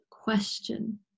Question